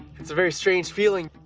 it's a very strange feeling,